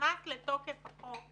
כשנכנס לתוקף החוק